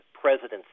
Presidency